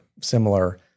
similar